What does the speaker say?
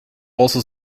also